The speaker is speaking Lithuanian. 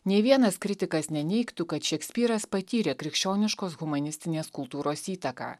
nė vienas kritikas neneigtų kad šekspyras patyrė krikščioniškos humanistinės kultūros įtaką